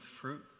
fruit